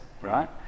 right